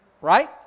Right